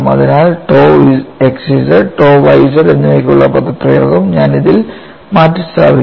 അതിനാൽ tau xz tau y z എന്നിവയ്ക്കുള്ള പദപ്രയോഗം ഞാൻ ഇതിൽ മാറ്റിസ്ഥാപിക്കുന്നു